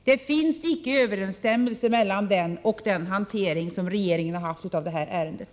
Det finns icke överensstämmelse mellan den och regeringens hantering av det här ärendet.